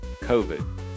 covid